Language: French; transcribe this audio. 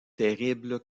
terrible